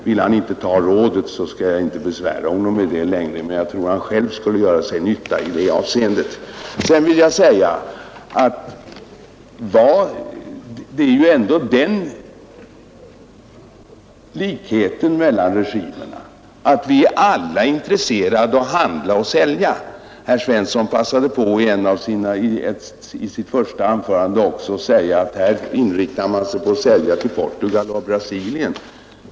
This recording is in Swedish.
Vill han inte ta mitt råd, skall jag inte besvära honom längre, men jag tror att han själv skulle ha nytta av att göra det. Sedan vill jag säga att det ändå finns den likheten mellan regimerna att alla är intresserade av att handla och sälja. Herr Svensson passade i sitt första anförande på att säga, att vi inriktar oss på att sälja varor också till Portugal och Brasilien.